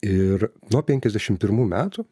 ir nuo penkiasdešimt pirmų metų